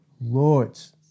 Lord's